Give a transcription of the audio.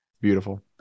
Beautiful